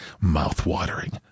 Mouth-watering